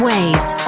Waves